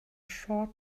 short